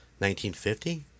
1950